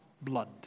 blood